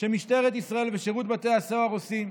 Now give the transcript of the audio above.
שמשטרת ישראל ושירות בתי הסוהר עושים.